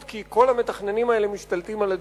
כי כל המתכננים האלה משתלטים על הדיון.